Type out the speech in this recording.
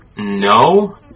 no